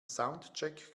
soundcheck